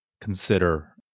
consider